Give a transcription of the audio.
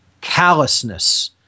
callousness